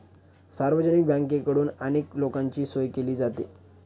सार्वजनिक बँकेकडून अनेक लोकांची सोय केली जाते